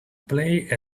play